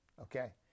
Okay